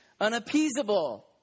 Unappeasable